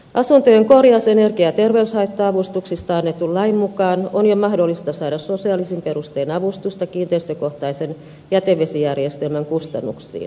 asuntojen korjaus energia ja terveyshaitta avustuksista annetun lain mukaan on jo mahdollista saada sosiaalisin perustein avustusta kiinteistökohtaisen jätevesijärjestelmän kustannuksiin